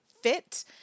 fit